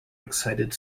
excited